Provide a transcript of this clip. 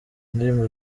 indirimbo